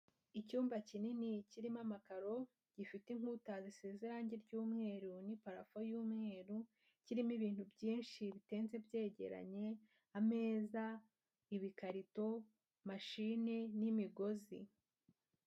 Icyumba kinini kirimo amakaro, gifite inkuta zisieze irange ry'umweru n'iparafu y'umweru, kirimo ibintu byinshi bitenze byegeranye ameza, ibikarito, mashini n'imigozi.